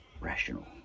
rational